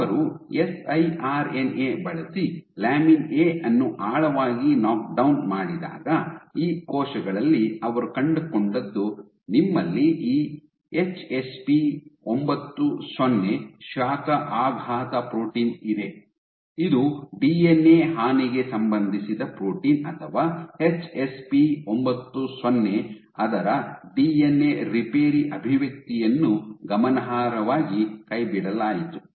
ಅವರು S I R N A ಬಳಸಿ lamin A ಅನ್ನು ಆಳವಾಗಿ ನೊಕ್ಡೌನ್ ಮಾಡಿದಾಗ ಈ ಕೋಶಗಳಲ್ಲಿ ಅವರು ಕಂಡುಕೊಂಡದ್ದು ನಿಮ್ಮಲ್ಲಿ ಈ ಎಚ್ಎಸ್ಪಿ 90 ಶಾಖ ಆಘಾತ ಪ್ರೋಟೀನ್ ಇದೆ ಇದು ಡಿಎನ್ಎ ಹಾನಿಗೆ ಸಂಬಂಧಿಸಿದ ಪ್ರೋಟೀನ್ ಅಥವಾ ಎಚ್ಎಸ್ಪಿ 90 ರ ಡಿಎನ್ಎ ರಿಪೇರಿ ಅಭಿವ್ಯಕ್ತಿಯನ್ನು ಗಮನಾರ್ಹವಾಗಿ ಕೈಬಿಡಲಾಯಿತು